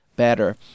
better